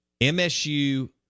MSU